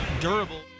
durable